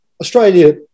Australia